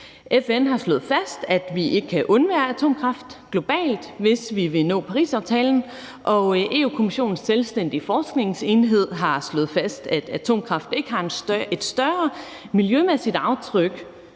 FN har slået fast, at vi ikke kan undvære atomkraft globalt, hvis vi vil leve op til Parisaftalen, og Europa-Kommissionens selvstændige forskningsenhed har slået fast, at atomkraft ikke har et større miljømæssigt aftryk